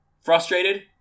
frustrated